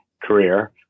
career